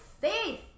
faith